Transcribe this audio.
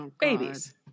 Babies